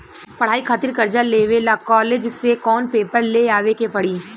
पढ़ाई खातिर कर्जा लेवे ला कॉलेज से कौन पेपर ले आवे के पड़ी?